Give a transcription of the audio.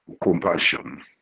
compassion